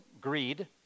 greed